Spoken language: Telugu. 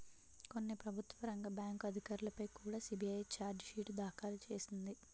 కొన్ని ప్రభుత్వ రంగ బ్యాంకు అధికారులపై కుడా సి.బి.ఐ చార్జి షీటు దాఖలు చేసింది